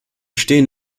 stehen